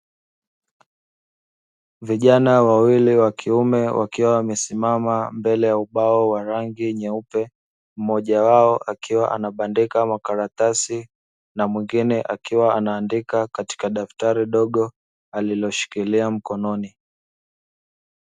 Vijana wawili wa kiume wakiwa wamesimama mbele ya ubao wa rangi nyeupe, mmoja wao akiwa anabandika makaratasi na mwingine akiwa ana andika katika daftari dogo aliloshikiria mkononi.